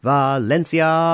Valencia